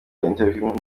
interview